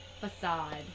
facade